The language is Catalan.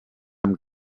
amb